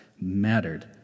mattered